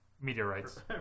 Meteorites